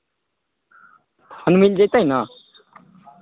हँ ई तऽ बिहारके तऽ पुराना इतिहास छै यौ